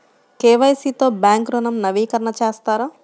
KYC తో bank ఋణం నవీకరణ చేస్తారా?